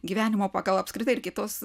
gyvenimo pagal apskritai ir kitos